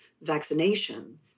vaccination